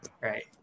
Right